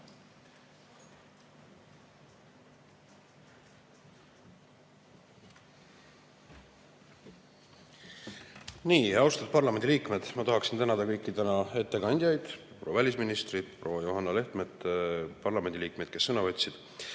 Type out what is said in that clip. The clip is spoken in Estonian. Austatud parlamendiliikmed! Ma tahaksin tänada kõiki tänaseid ettekandjaid, proua välisministrit, proua Johanna Lehtmet, parlamendiliikmeid, kes sõna võtsid.